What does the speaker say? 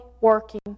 working